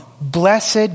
blessed